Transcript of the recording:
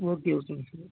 okay ஓகேங்க sir